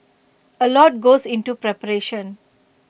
A lot goes into preparation